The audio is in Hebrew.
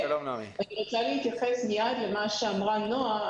ואני רוצה להתייחס מיד למה שאמרה נועה